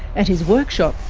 at his workshop,